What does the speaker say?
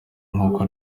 nkuko